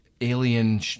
alien